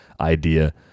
idea